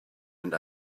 and